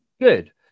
good